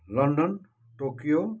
London Tokyo